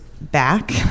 back